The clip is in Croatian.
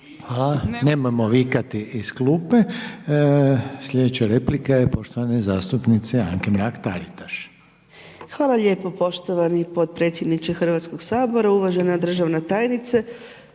Hvala, nemojmo vikati iz klupe. Slijedeća replika je poštovane zastupnice Anke Mrak-Taritaš. **Mrak-Taritaš, Anka (GLAS)** Hvala lijepo poštovani potpredsjedniče Hrvatskog sabora. Uvažena državne tajnice,